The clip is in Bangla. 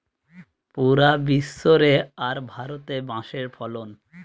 পুরা বিশ্ব রে আর ভারতে বাঁশের ফলন